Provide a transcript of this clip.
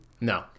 No